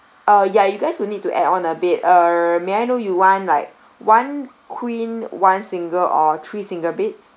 oh ya you guys will need to add on a bit err may I know you want like one queen one single or three single beds